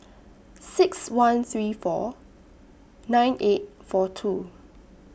six one three four nine eight four two